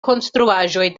konstruaĵoj